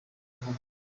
ruhago